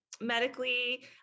medically